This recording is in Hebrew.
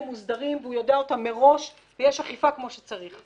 מוסדרים והוא יודע אותם מראש ויש אכיפה כמו שצריך,